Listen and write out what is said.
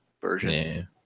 version